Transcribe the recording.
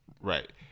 Right